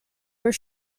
were